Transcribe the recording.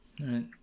right